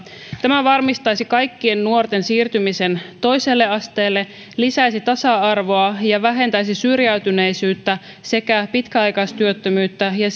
tämä varmistaisi kaikkien nuorten siirtymisen toiselle asteelle lisäisi tasa arvoa ja vähentäisi syrjäytyneisyyttä sekä pitkäaikaistyöttömyyttä ja